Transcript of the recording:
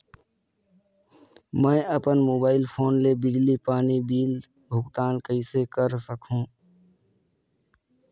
मैं अपन mobile phone ले बिजली पानी बिल भुगतान कइसे कर सकहुं?